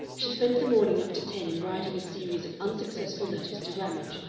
she spent the morning up to ten in writing a series of unsuccessful letters to ramage,